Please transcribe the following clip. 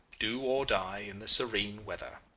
do or die, in the serene weather.